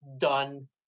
done